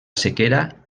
sequera